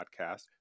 podcast